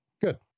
good